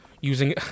using